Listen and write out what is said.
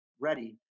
ready